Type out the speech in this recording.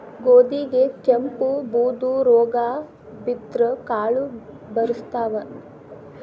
ಗೋಧಿಗೆ ಕೆಂಪು, ಬೂದು ರೋಗಾ ಬಿದ್ದ್ರ ಕಾಳು ಬರ್ಸತಾವ